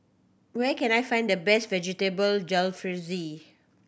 where can I find the best Vegetable Jalfrezi